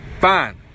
fine